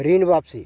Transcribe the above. ऋण वापसी?